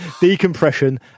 decompression